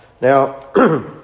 Now